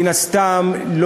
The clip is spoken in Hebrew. מן הסתם,